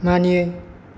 मानियै